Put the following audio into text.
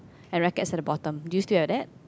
and racquet is at the bottom do you still have that